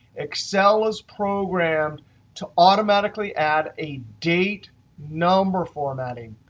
excel is programmed to automatically add a date number formatting.